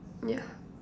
yeah